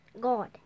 God